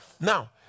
Now